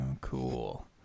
Cool